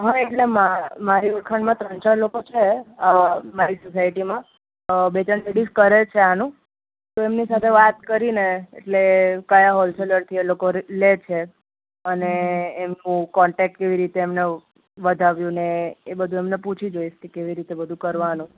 હં એટલે મારી ઓળખાણમાં ત્રણ ચાર લોકો છે મારી સોસાયટીમાં બે ચાર લેડીસ કરી છે આનું તો એમની સાથે વાત કરીને એટલે કયા હોલસેલરથી એ લોકો લે છે અને એમનો કોન્ટેક્ટ કેવી રીતે એમણે વધાર્યું ને એ બધું એમને પૂછી જોઇશ કે કેવી રીતે બધું કરવાનુ